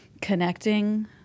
connecting